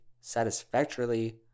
satisfactorily